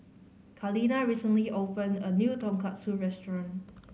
Kaleena recently opened a new Tonkatsu Restaurant